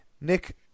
Nick